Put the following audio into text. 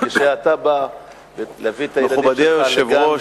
מכובדי היושב-ראש,